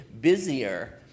busier